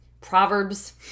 Proverbs